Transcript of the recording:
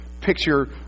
picture